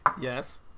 Yes